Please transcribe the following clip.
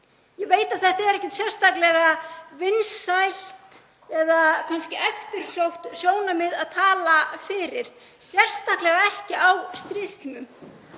Ég veit að þetta eru ekkert sérstaklega vinsæl eða kannski eftirsótt sjónarmið að tala fyrir, sérstaklega ekki á stríðstímum.